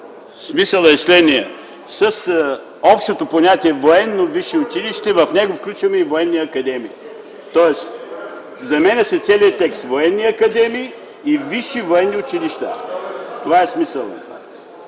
Смисълът е следният – с общото понятие „военно висше училище” - в него включваме и военни академии. Тоест, заменя се целият текст „военни академии”и „висши военни училища”. Това е смисълът.